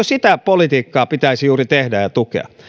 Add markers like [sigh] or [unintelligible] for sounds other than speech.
[unintelligible] sitä politiikkaa pitäisi juuri tehdä ja tukea